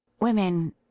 Women